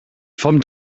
vom